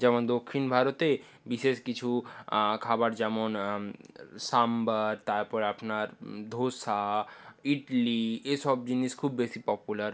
যেমন দক্ষিণ ভারতে বিশেষ কিছু খাবার যেমন সাম্বার তারপর আপনার ধোসা ইডলি এ সব জিনিস খুব বেশি পপুলার